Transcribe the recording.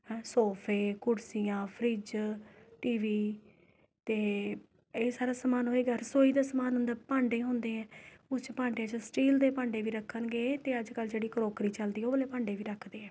ਸੌਫੇ ਕੁਰਸੀਆਂ fridge TV ਅਤੇ ਇਹ ਸਾਰਾ ਸਮਾਨ ਹੋਏਗਾ ਰਸੋਈ ਦਾ ਸਮਾਨ ਹੁੰਦਾ ਭਾਂਡੇ ਹੁੰਦੇ ਹੈ ਉਸ 'ਚ ਭਾਂਡਿਆਂ 'ਚ ਸਟੀਲ ਦੇ ਭਾਂਡੇ ਵੀ ਰੱਖਣਗੇ ਅਤੇ ਅੱਜ ਕੱਲ੍ਹ ਜਿਹੜੀ ਕਰੋਕਰੀ ਚੱਲਦੀ ਉਹ ਵਾਲੇ ਭਾਂਡੇ ਵੀ ਰੱਖਦੇ ਹੈ